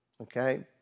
okay